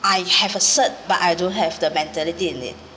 I have a cert but I don't have the mentality in it